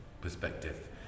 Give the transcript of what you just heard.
perspective